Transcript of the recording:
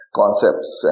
concepts